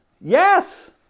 yes